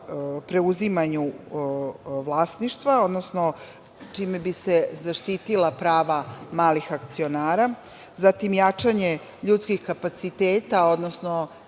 preuzimanju vlasništva, odnosno čime bi se zaštitila prava malih akcionara. Zatim, jačanje ljudskih kapaciteta, odnosno,